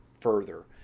further